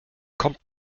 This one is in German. kommt